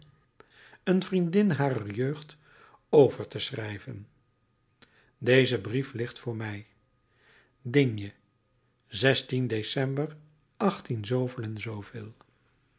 een vriendin harer jeugd over te schrijven deze brief ligt voor mij d december